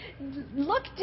look